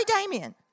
Damien